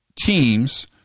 teams